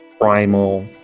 primal